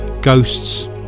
ghosts